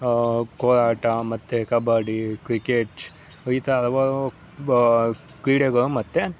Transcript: ಕೋಲಾಟ ಮತ್ತೆ ಕಬಡ್ಡಿ ಕ್ರಿಕೇಟ್ ಈ ಥರ ಹಲವಾರು ಬ ಕ್ರೀಡೆಗಳು ಮತ್ತೆ